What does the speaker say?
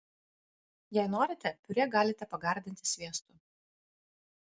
jei norite piurė galite pagardinti sviestu